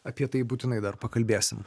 apie tai būtinai dar pakalbėsim